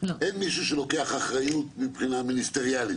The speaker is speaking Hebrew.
אין מישהו שלוקח אחריות מבחינה מיניסטריאלית,